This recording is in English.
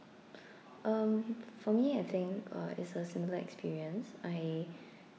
um for me I think uh it's a similar experience I